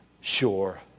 sure